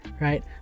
right